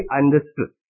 understood